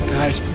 Guys